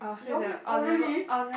you all meet oh really